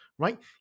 Right